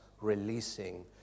releasing